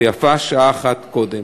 ויפה שעה אחת קודם.